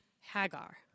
Hagar